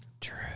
True